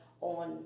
on